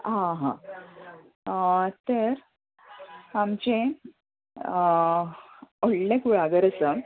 आं हां तर आमचें व्हडलें कुळागर आसा